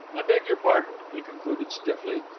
i beg your pardon, he concluded stiffly.